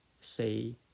say